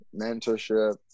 Mentorship